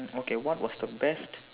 okay what was the best